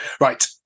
Right